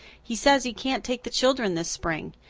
he says he can't take the children this spring.